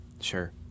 Sure